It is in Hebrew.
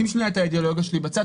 שים שנייה את האידיאולוגיה שלי בצד,